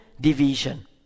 division